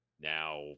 now